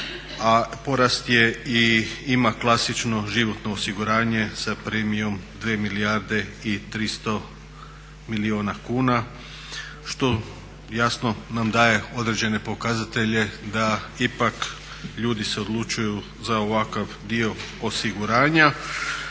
a porast je i ima klasično životno osiguranje sa premijom 2 milijarde i 300 milijuna kuna što jasno nam daje određene pokazatelje da ipak ljudi se odlučuju za ovakav dio osiguranja.